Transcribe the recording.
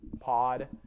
pod